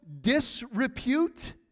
disrepute